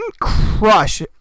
crush